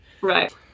right